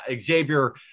Xavier